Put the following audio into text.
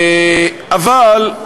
אבל,